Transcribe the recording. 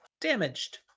damaged